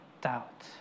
doubt